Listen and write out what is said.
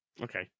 Okay